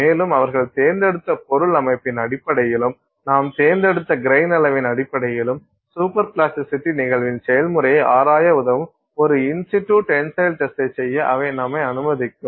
மேலும் அவர்கள் தேர்ந்தெடுத்த பொருள் அமைப்பின் அடிப்படையிலும் நாம் தேர்ந்தெடுத்த கிரைன் அளவின் அடிப்படையிலும் சூப்பர் பிளாஸ்டிசிட்டி நிகழ்வின் செயல்முறையை ஆராய உதவும் ஒரு இன் சிட்டு டென்சைல் டெஸ்ட் செய்ய அவை நம்மை அனுமதிக்கும்